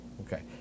Okay